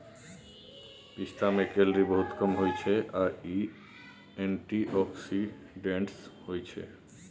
पिस्ता मे केलौरी बहुत कम होइ छै आ इ एंटीआक्सीडेंट्स होइ छै